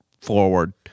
forward